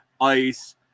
ice